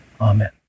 amen